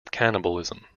cannibalism